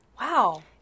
Wow